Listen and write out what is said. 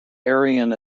aryan